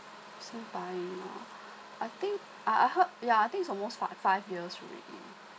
loh I think uh I heard yeah I think almost fi~ five years already